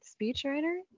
Speechwriter